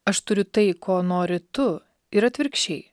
aš turiu tai ko nori tu ir atvirkščiai